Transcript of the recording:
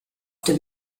dem